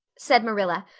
said marilla,